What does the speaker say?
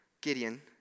Gideon